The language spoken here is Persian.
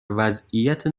وضعیت